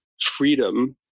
freedom